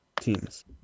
teams